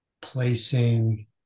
placing